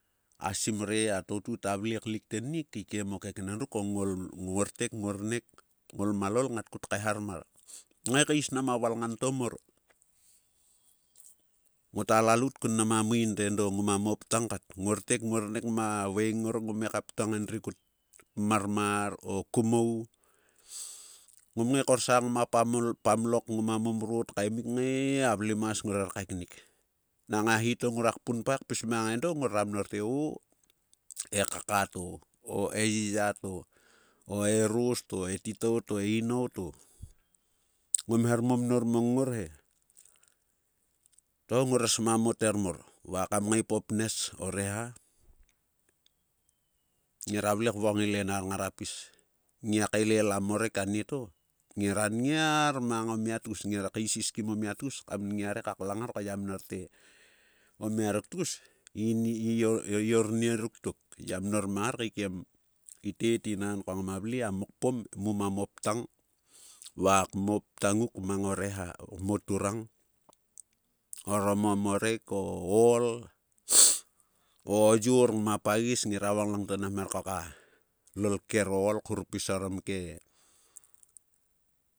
A simre a totu ta vle klik tennik kaikiem o keknen ruk ko nguortek nguornek. ngol malol ngat kut kaehar mar. Ngae kais nam a valngan to mor. Ngota lalaut kun mnam a main to edo ngoma mo ptang kat. Nguornek ngma vaeno ngor ngome ka ptang en drikut marmar o ku mou. ngom ngae korsang ngma pamlok. ngoma momrot kaemik ngae-a vlemas ngorer kaeknik. Nang a hi to. ngora mnorte o-e kaka to. o e yiya to. o eros to. e titou to. e inou to. ngom her mom nor mongnger he. To ngorer sma moter mor. va kam ngae po pnes o-reha. ngera vle kvokong i lenar ngara pis. ngiak mang omia tgus. Nger kaisis kim omia tgus kam nngiar eka klang ngar ko ya mner te. omia ruk tgus, i ornieruk tok. Yamnor mang ngar kaikiem i tet. inan ko ngama vle. a mokpom. muma moptang va kmoptang nguk mang o reha. moturang orom o morek. o ool o yor ngma pagis. ngera vokong lang to nam her koka lol kkero ool khurpis orom ke.